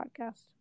podcast